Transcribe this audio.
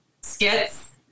skits